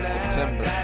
September